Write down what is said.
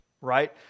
right